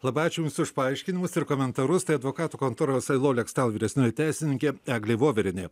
labai ačiū jums už paaiškinimus ir komentarus tai advokatų kontoros ilaw lextal vyresnioji teisininkė eglė voverienė